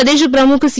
પ્રદેશ પ્રમુખ સી